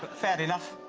but fair enough.